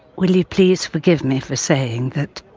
will you please forgive me for saying that